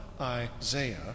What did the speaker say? Isaiah